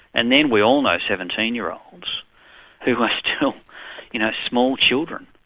and then we all know seventeen year olds who are still you know small children,